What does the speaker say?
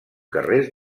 carrers